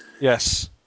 Yes